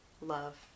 love